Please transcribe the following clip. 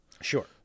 Sure